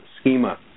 schema